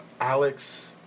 Alex